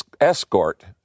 escort